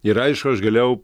ir aišku aš galėjau